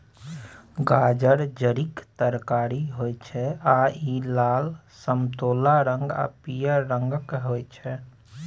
गाजर जड़िक तरकारी होइ छै आ इ लाल, समतोला रंग आ पीयर रंगक होइ छै